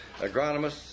agronomists